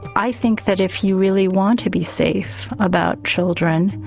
i think that if you really want to be safe about children,